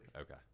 Okay